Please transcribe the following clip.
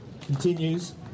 Continues